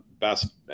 best